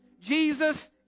Jesus